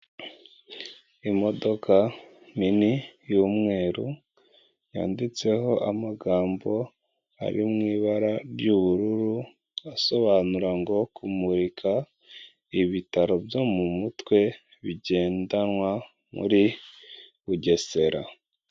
Imodoka nini y'umweru yanditseho amagambo ari mu ibara ry'ubururu asobanura ngo kumurika ibitaro byo mu mutwe bigendanwa muri Bugesera.